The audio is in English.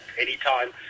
anytime